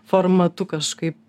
formatu kažkaip